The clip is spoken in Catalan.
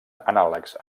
anàlegs